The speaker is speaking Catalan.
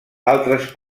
altres